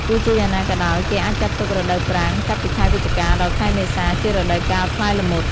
ទោះជាយ៉ាងណាក៏ដោយ គេអាចចាត់ទុក រដូវប្រាំង ចាប់ពីខែវិច្ឆិកា ដល់ខែមេសា ជារដូវកាលផ្លែល្មុត។